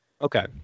Okay